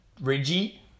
Ridgy